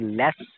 less